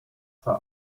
zwar